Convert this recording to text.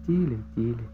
tyliai tyliai